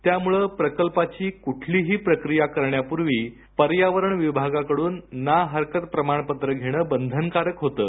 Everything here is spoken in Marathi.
त्यामुळे प्रकल्पाची कुठलीही प्रक्रिया करण्यापूर्वी पर्यावरण विभागाकडून ना हरकत प्रमाणपत्र घेणं बंधनकारक होतं